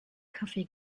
kaffee